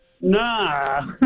Nah